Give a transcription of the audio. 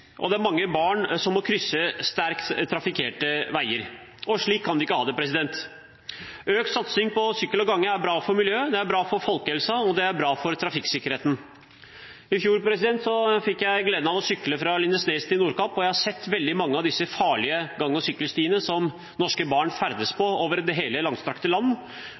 og det er mange barn som må krysse sterkt trafikkerte veier. Slik kan vi ikke ha det. Økt satsing på sykkel og gange er bra for miljøet, det er bra for folkehelsen, og det er bra for trafikksikkerheten. I fjor fikk jeg gleden av å sykle fra Lindesnes til Nordkapp, og jeg har sett mange av disse farlige gang- og sykkelstiene som norske barn ferdes på over hele det langstrakte land.